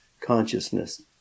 consciousness